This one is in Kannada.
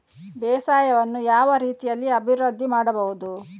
ಬೇಸಾಯವನ್ನು ಯಾವ ರೀತಿಯಲ್ಲಿ ಅಭಿವೃದ್ಧಿ ಮಾಡಬಹುದು?